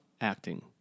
acting